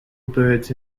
birds